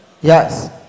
yes